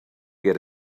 get